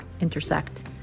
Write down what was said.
intersect